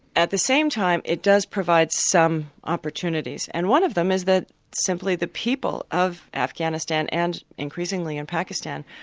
at the same time it does provide some opportunities, and one of them is that simply the people of afghanistan and increasingly in pakistan,